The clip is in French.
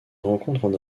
rencontrent